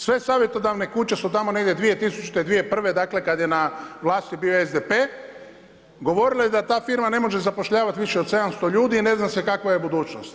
Sve savjetodavne kuće su tamo negdje 2000., 2001. dakle, kada je na vlasti bio SDP, govorile da ta firma ne može zapošljavati više od 700 ljudi i ne zna se kakva je budućnost.